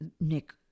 Nick